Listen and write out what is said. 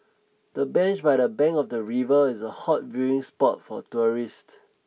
the bench by the bank of the river is a hot viewing spot for tourists